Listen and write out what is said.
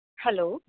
hello